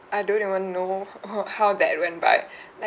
I don't even know h~ h~ how that went by like